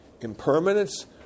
impermanence